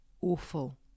awful